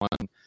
one